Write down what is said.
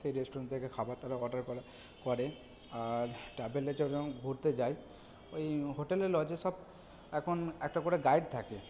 সেই রেস্টুরেন্ট থেকে খাবার তারা অর্ডার করে আর ট্র্যাভেলে যখন ঘুরতে যায় ওই হোটেলে লজে সব এখন একটা করে গাইড থাকে